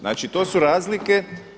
Znači to su razlike.